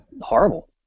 horrible